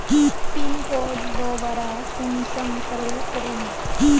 Pin code दोबारा कुंसम करे करूम?